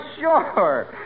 sure